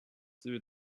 through